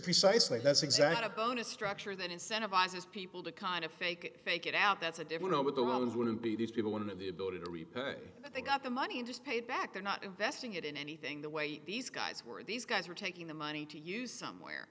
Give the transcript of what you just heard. precisely that's exactly a bonus structure that incentivizes people to kind of fake fake it out that's a different over the ones wouldn't be these people one of the ability to repay that they got the money to pay back they're not investing it in anything the way these guys were these guys were taking the money to use somewhere